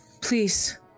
Please